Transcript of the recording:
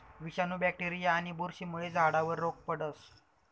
विषाणू, बॅक्टेरीया आणि बुरशीमुळे झाडावर रोग पडस